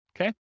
Okay